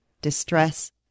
distress